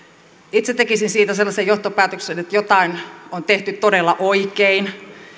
itse tekisin siitä sellaisen johtopäätöksen että jotain on tehty todella oikein